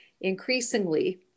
increasingly